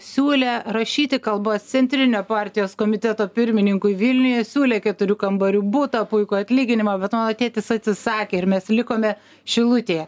siūlė rašyti kalbas centrinio partijos komiteto pirmininkui vilniuje siūlė keturių kambarių butą puikų atlyginimą bet mano tėtis atsisakė ir mes likome šilutėje